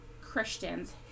Christians